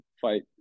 fight